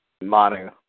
Manu